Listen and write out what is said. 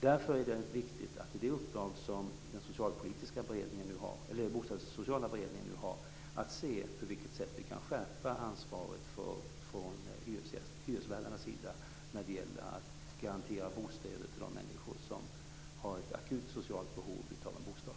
Därför är det viktigt att i det uppdrag som den bostadssociala beredningen nu har se på hur vi kan skärpa ansvaret från hyresvärdarnas sida när det gäller att garantera bostäder till de människor som har ett akut socialt behov av en bostad.